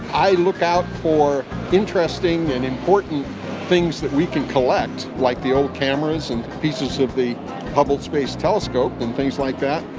i look out for interesting and important things that we can collect, like the old cameras and pieces of the hubble space telescope and things like that.